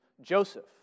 Joseph